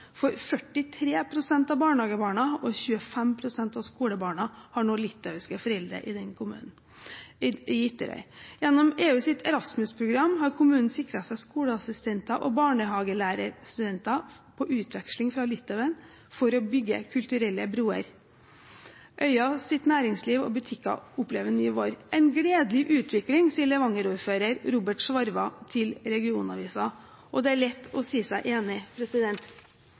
for 43 pst. av barnehagebarna og 25 pst. av skolebarna har nå litauiske foreldre i Ytterøy. Gjennom EUs Erasmus-program har kommunen sikret seg skoleassistenter og barnehagelærerstudenter på utveksling fra Litauen for å bygge kulturelle broer. Øyas næringsliv og butikker opplever en ny vår. «En gledelig utvikling», sier Levanger-ordfører Robert Svarva til regionavisen, og det er lett å si seg enig.